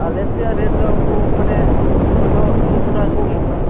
ᱟᱞᱮᱥᱮᱭᱟᱜ ᱨᱮᱴᱫᱚ ᱩᱱᱠᱩ ᱢᱟᱱᱮ ᱮᱠᱷᱚᱱ ᱫᱚ ᱫᱩᱥᱚ ᱴᱟᱠᱟ ᱠᱚ ᱮᱢᱚᱜ ᱠᱟᱱᱟ